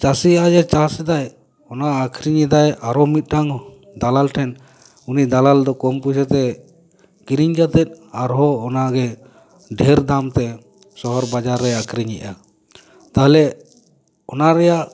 ᱪᱟᱹᱥᱤ ᱡᱟᱦᱟᱭ ᱮ ᱪᱟᱥ ᱮᱫᱟ ᱚᱱᱟ ᱟᱹᱠᱷᱟᱨᱤᱧ ᱮᱫᱟᱭ ᱟᱨᱚ ᱢᱤᱫᱴᱟᱝ ᱫᱟᱞᱟᱞ ᱴᱷᱮᱱ ᱩᱱᱤ ᱫᱟᱞᱟᱞ ᱫᱚ ᱠᱚᱢ ᱯᱚᱭᱥᱟ ᱛᱮ ᱠᱤᱨᱤᱧ ᱠᱟᱛᱮᱫ ᱟᱨᱚᱦᱚᱸ ᱚᱱᱟ ᱜᱮ ᱰᱷᱮᱨ ᱫᱟᱢ ᱛᱮ ᱥᱚᱦᱚᱨ ᱵᱟᱡᱟᱨᱮᱭ ᱟᱹᱠᱷᱟᱹᱨᱤᱧᱮᱜᱼᱟ ᱛᱟᱦᱚᱞᱮ ᱚᱱᱟ ᱨᱮᱭᱟᱜ